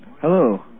Hello